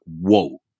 whoa